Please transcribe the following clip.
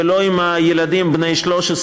ולא עם ילדים בני 13,